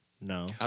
No